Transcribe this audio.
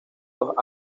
los